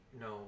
no